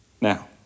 Now